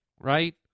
right